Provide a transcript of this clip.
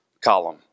column